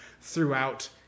throughout